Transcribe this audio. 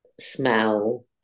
smell